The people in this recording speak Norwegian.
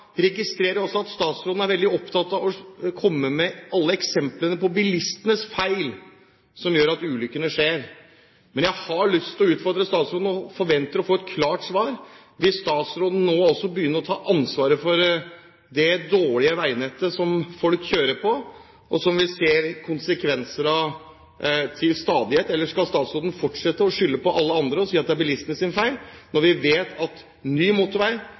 registrerer også at statsråden er veldig opptatt av å komme med alle eksemplene på bilisters feil som gjør at ulykkene skjer. Men jeg har lyst til å utfordre statsråden, og forventer å få et klart svar: Vil statsråden nå også begynne å ta ansvaret for det dårlige veinettet som folk kjører på, og som vi ser konsekvenser av til stadighet, eller skal statsråden fortsette å skylde på alle andre og si at det er bilistenes feil, når vi vet at ny motorvei